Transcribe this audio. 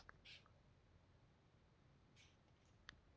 ಮಣ್ಣನ್ನ ಅಗಿಯಾಕ ಅತ್ವಾ ಸಡ್ಲ ಮಾಡಾಕ ಸಲ್ಕಿ, ಗುದ್ಲಿ, ಮತ್ತ ಹಾರಿಯಂತ ಉಪಕರಣಗಳನ್ನ ಬಳಸ್ತಾರ